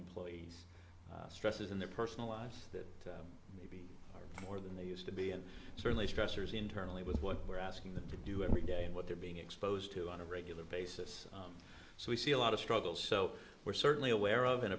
employees stresses in their personal lives to more than they used to be and certainly stressors internally with what we're asking them to do every day and what they're being exposed to on a regular basis so we see a lot of struggle so we're certainly aware of and